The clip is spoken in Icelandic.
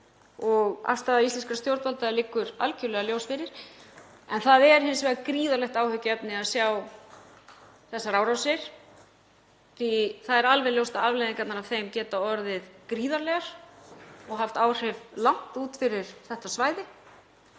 Afstaða íslenskra stjórnvalda liggur algjörlega ljós fyrir. En það er hins vegar mjög mikið áhyggjuefni að sjá þessar árásir því að það er alveg ljóst að afleiðingarnar af þeim geta orðið gríðarlegar og haft áhrif langt út fyrir þetta svæði.